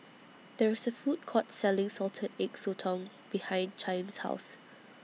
There IS A Food Court Selling Salted Egg Sotong behind Chaim's House